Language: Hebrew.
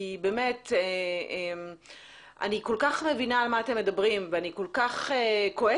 כי באמת אני כל כך מבינה על מה אתם מדברים ואני כל כך כועסת,